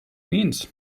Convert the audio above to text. means